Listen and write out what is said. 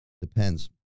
depends